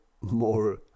more